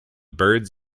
birds